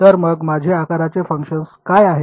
तर मग माझे आकाराचे फंक्शन काय आहेत